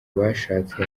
bashatse